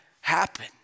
happen